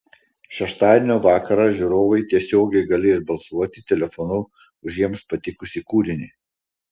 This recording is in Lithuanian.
šeštadienio vakarą žiūrovai tiesiogiai galės balsuoti telefonu už jiems patikusį kūrinį